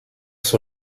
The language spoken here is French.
sur